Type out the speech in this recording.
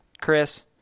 Chris